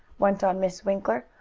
went on miss winkler,